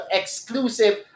exclusive